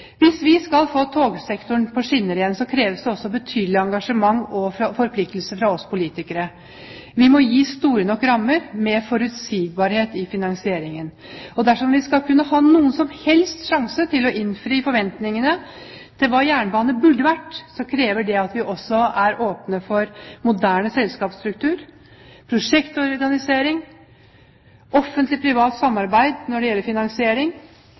Hvis vi skal få togsektoren på skinner igjen, kreves det også betydelig engasjement og forpliktelse fra oss politikere. Vi må gi store nok rammer med forutsigbarhet i finansieringen. Dersom vi skal kunne ha noen som helst sjanse til å innfri forventningene til hva jernbanen burde vært, krever dette at vi også er åpne for moderne selskapsstruktur, prosjektorganisering og Offentlig Privat Samarbeid når det gjelder finansiering.